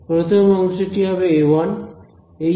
প্রথম অংশটি হবে a1